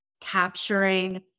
capturing